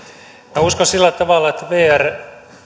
minä uskon sillä tavalla että vr